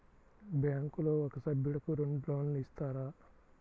బ్యాంకులో ఒక సభ్యుడకు రెండు లోన్లు ఇస్తారా?